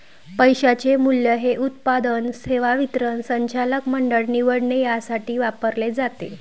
पैशाचे मूल्य हे उत्पादन, सेवा वितरण, संचालक मंडळ निवडणे यासाठी वापरले जाते